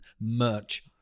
merch